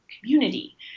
community